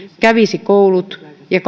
kävisi koulut ja